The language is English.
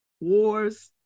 wars